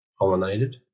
pollinated